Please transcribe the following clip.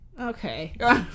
Okay